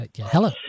Hello